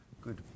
good